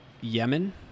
Yemen